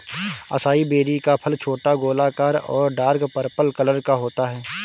acai berry का फल छोटा, गोलाकार और डार्क पर्पल कलर का होता है